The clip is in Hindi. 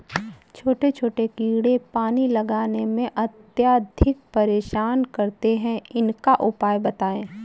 छोटे छोटे कीड़े पानी लगाने में अत्याधिक परेशान करते हैं इनका उपाय बताएं?